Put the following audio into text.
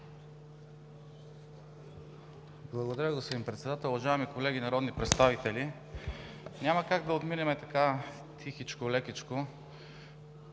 Благодаря, господин Председател. Уважаеми колеги народни представители! Няма как да отминем така тихичко, лекичко